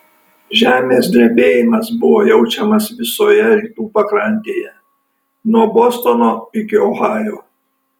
žemės drebėjimas buvo jaučiamas visoje rytų pakrantėje nuo bostono iki ohajo